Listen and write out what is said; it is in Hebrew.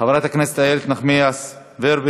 חברת הכנסת איילת נחמיאס ורבין,